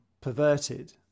perverted